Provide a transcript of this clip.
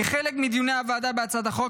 כחלק מדיוני הוועדה בהצעת החוק,